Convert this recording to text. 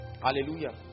Hallelujah